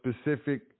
specific